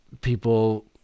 people